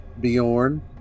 Bjorn